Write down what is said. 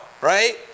right